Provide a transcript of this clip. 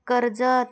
Karjat